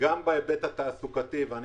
שגם בהיבט התעסוקתי היה